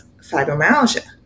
fibromyalgia